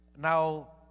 Now